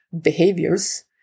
behaviors